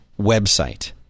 website